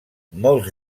molts